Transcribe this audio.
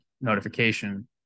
notification